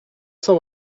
cent